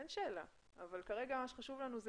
אין שאלה אבל כרגע מה שחשוב לנו זה